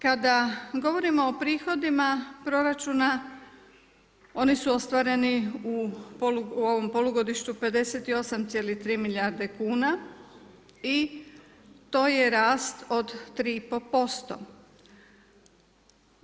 Kada govorimo o prihodima proračuna oni su ostvareni u ovom polugodištu 58,3 milijarde kuna i to je rast od 3,5%